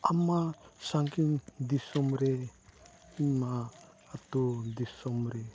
ᱟᱢ ᱢᱟ ᱥᱟᱺᱜᱤᱧ ᱫᱤᱥᱚᱢ ᱨᱮ ᱤᱧᱢᱟ ᱟᱹᱛᱩ ᱫᱤᱥᱚᱢ ᱨᱮ